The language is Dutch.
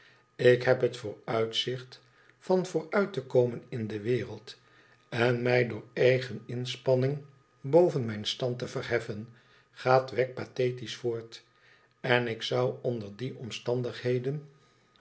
ik heb het vooruitzicht van vooruit te komen in de wereld en mij door eigen inspanning boven mijn stand te verheffen gaat wegg pathetisch voort en ik zou onder die omstandigheden